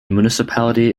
municipality